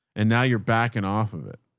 and now you're backing off of it.